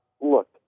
look